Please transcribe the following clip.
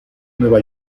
nueva